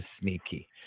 sneaky